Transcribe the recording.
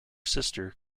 sister